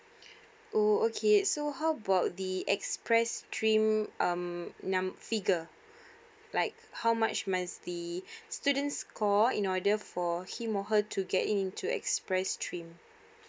oh okay so how about the express stream um figure like how much must the students score in order for him or her to get into express stream